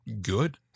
good